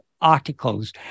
articles